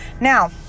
Now